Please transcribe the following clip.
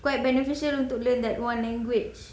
quite beneficial untuk learn that one language